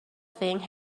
thing